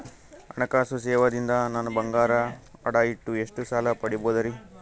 ಹಣಕಾಸು ಸೇವಾ ದಿಂದ ನನ್ ಬಂಗಾರ ಅಡಾ ಇಟ್ಟು ಎಷ್ಟ ಸಾಲ ಪಡಿಬೋದರಿ?